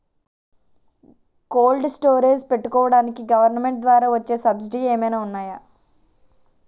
Cold storage పెట్టుకోడానికి government ద్వారా వచ్చే సబ్సిడీ ఏమైనా ఉన్నాయా?